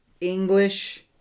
English